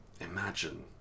Imagine